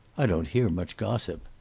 i don't hear much gossip.